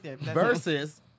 versus